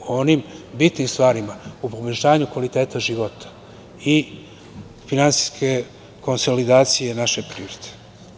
U onim bitnim stvarima, u poboljšanju kvaliteta života i finansijske konsolidacije naše privrede.